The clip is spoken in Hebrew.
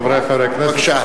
חברי חברי הכנסת,